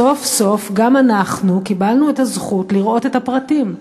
סוף-סוף גם אנחנו קיבלנו את הזכות לראות את הפרטים.